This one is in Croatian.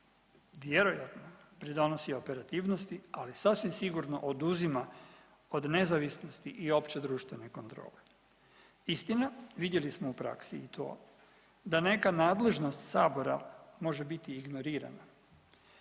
vjerojatno pridonosi operativnosti, ali i sasvim sigurno oduzima od nezavisnosti i opće društvene kontrole. Istina, vidjeli smo u praksi i to da nekad nadležnost Sabora može biti ignorirana